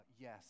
yes